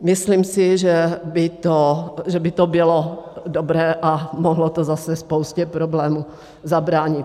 Myslím si, že by to bylo dobré a mohlo to zase spoustě problémů zabránit.